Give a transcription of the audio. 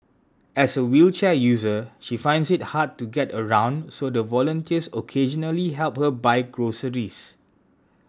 as a wheelchair user she finds it hard to get around so the volunteers occasionally help her buy groceries